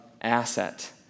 asset